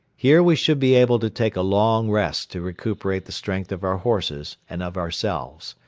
here we should be able to take a long rest to recuperate the strength of our horses and of ourselves.